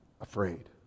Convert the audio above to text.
afraid